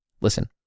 listen